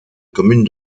commune